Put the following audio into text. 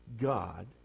God